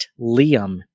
Liam